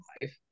life